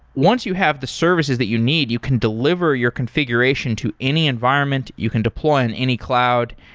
once you have the services that you need, you can delivery your configuration to any environment, you can deploy on any cloud,